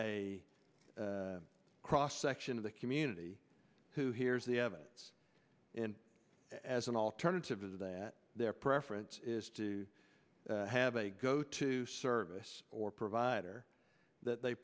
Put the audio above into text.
a cross section of the community who hears the evidence and as an alternative is that their preference is to have a go to service or provider that they